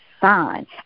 sign